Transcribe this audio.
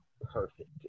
perfect